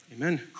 Amen